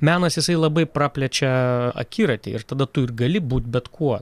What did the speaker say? menas jisai labai praplečia akiratį ir tada tu ir gali būt bet kuo